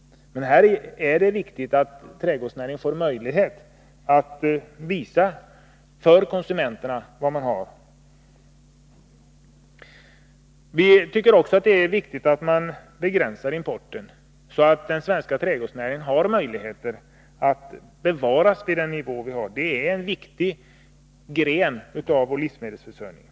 Det är dock viktigt att trädgårdsnäringen får möjlighet att visa konsumenterna vad den har. Det är väsentligt att begränsa importen så att den svenska trädgårdsnäringen får möjlighet att bevaras vid nuvarande nivå. Den är en viktig gren av vår livsmedelsförsörjning.